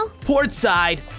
Portside